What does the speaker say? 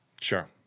Sure